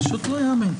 פשוט לא ייאמן.